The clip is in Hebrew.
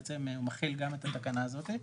מכיל גם את התקנה הזאת,